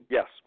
Yes